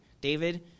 David